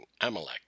Amalek